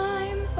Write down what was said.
Time